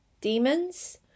demons